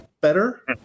better